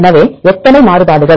எனவே எத்தனை மாறுபாடுகள்